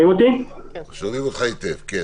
אני